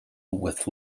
with